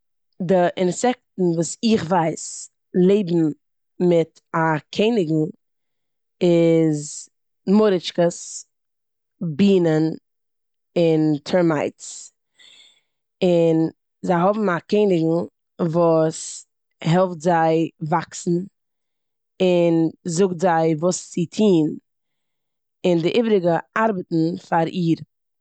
די אינסעקטן וואס איך ווייס לעבן מיט א קעניגן איז מורישקעס, בינעו און טערמייטס און זיי האבן א קעניגן וואס העלט זיי וואקסן און זאגט זיי וואס צו טון און די איבעריגע ארבעטן פאר איר.